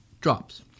drops